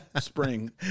spring